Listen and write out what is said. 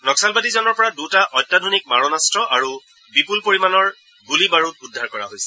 নক্সালবাদীজনৰ পৰা দুটা অত্যাধুনিক মাৰণাস্ত্ৰ আৰু বিপুল পৰিমাণৰ গুলী বাৰুদ উদ্ধাৰ কৰা হৈছে